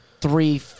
three